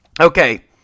Okay